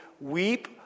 weep